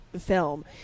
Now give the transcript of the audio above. film